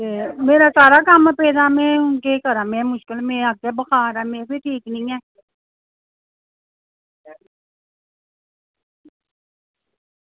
ते मेरा सारा कम्म पेदा में हून केह् करां में हून मुश्कल में आपे बखार ऐ में बी ठीक निं ऐ